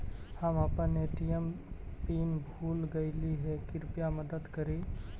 हम अपन ATM PIN भूल गईली हे, कृपया मदद करी